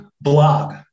blog